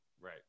Right